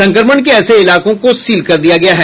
संक्रमण के ऐसे इलाकों को सील कर दिया गया है